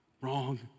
Wrong